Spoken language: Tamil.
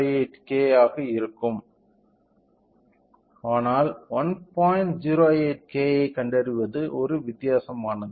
08 K ஐக் கண்டறிவது ஒரு வித்தியாசமானது